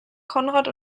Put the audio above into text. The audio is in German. konrad